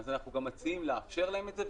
אז אנחנו גם מציעים לאפשר להם את זה,